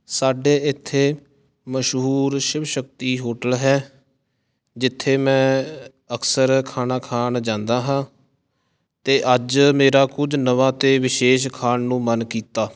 ਸਾਡੇ ਇੱਥੇ ਮਸ਼ਹੂਰ ਸ਼ਿਵ ਸ਼ਕਤੀ ਹੋਟਲ ਹੈ ਜਿੱਥੇ ਮੈਂ ਅਕਸਰ ਖਾਣਾ ਖਾਣ ਜਾਂਦਾ ਹਾਂ ਅਤੇ ਅੱਜ ਮੇਰਾ ਕੁਝ ਨਵਾਂ ਅਤੇ ਵਿਸ਼ੇਸ਼ ਖਾਣ ਨੂੰ ਮਨ ਕੀਤਾ